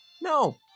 No